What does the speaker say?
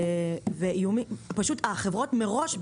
מראש,